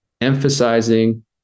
emphasizing